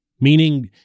meaning